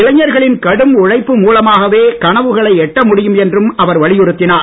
இளைஞர்களின் கடும் உழைப்பு மூலமாகவே கனவுகளை எட்ட முடியம் என்றும் அவர் வலியுறுத்தினார்